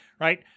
right